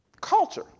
Culture